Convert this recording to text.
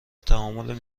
تعامل